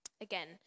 Again